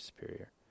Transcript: superior